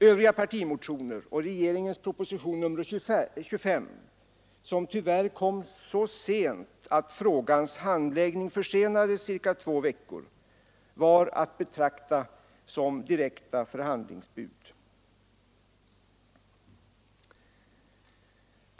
Övriga partimotioner och regeringens proposition nr 25, som tyvärr kom så sent att frågans handläggning försenades ca två veckor, var att betrakta som direkta förhandlingsbud.